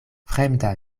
fremda